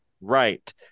Right